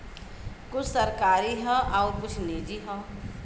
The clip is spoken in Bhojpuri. कुछ सरकारी हौ आउर कुछ निजी हौ